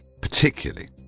particularly